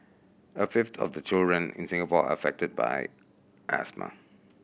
a fifth of the children in Singapore are affected by asthma